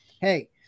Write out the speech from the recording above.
Hey